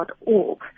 Org